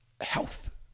health